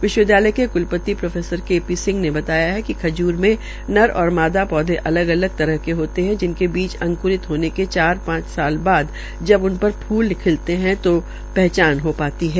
विश्वविद्यालय के क्ल ति प्रो के ी सिंह ने बताया कि खज्र में नर और मादा सौधे अलग अलग तरह के होते है जिनके बीज अंक्रितत होने के चार ांच साल बाद जब उन र फूल खिलते है तक हचान हो ाती है